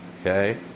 Okay